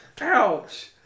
Ouch